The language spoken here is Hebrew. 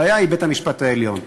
הבעיה היא בית-המשפט העליון.